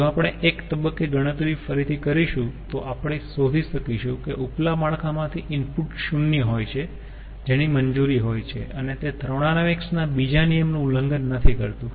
જો આપણે એક તબક્કે ગણતરી ફરીથી કરીશું તો આપણે શોધી શકીશું કે ઉપલા માળખા માંથી ઈનપુટ 0 શૂન્ય હોય છે જેની મંજૂરી હોય છે અને તે થર્મોોડાયનેમિક્સના બીજા નિયમ નું ઉલ્લંઘન નથી કરતુ